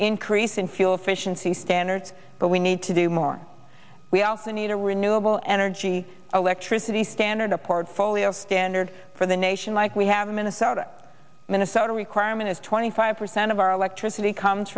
increase in fuel efficiency standards but we need to do more we also need a renewable energy electricity standard a portfolio standard for the nation like we have a minute minnesota requirement is twenty five percent of our electricity comes